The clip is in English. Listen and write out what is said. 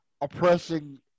oppressing